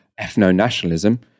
ethno-nationalism